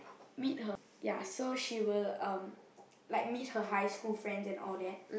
meet her ya so she will um like meet her high school friends and all that